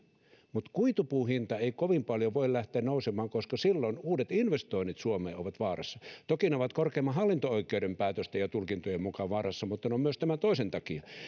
mutta kuitupuun hinta ei kovin paljon voi lähteä nousemaan koska silloin uudet investoinnit suomeen ovat vaarassa toki ne ovat korkeimman hallinto oikeuden päätösten ja tulkintojen myötä vaarassa mutta ne ovat myös tämän toisen takia